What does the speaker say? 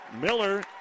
Miller